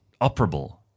operable